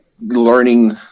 learning